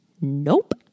Nope